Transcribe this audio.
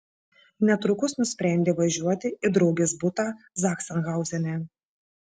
netrukus nusprendė važiuoti į draugės butą zachsenhauzene